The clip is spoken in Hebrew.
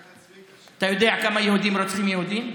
אתה יודע כמה יהודים רוצחים יהודים?